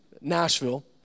Nashville